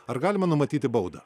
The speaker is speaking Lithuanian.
ar galima numatyti baudą